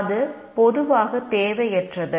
அது பொதுவாக தேவையற்றது